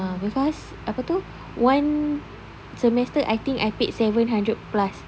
ah because apa tu one semester I think I paid seven hundred plus